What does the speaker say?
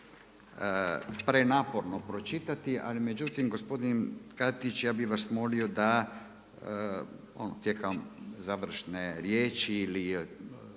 prenaporno pročitati ali međutim gospodin Katić, ja bih vas molio da tijekom završne riječi ili